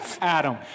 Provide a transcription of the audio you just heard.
Adam